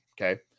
okay